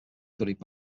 studied